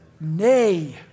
Nay